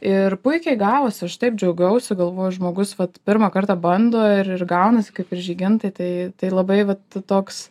ir puikiai gavosi aš taip džiaugiausi galvoju žmogus vat pirmą kartą bando ir gaunasi kaip ir žygintai tai tai labai vat toks